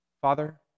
Father